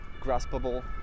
graspable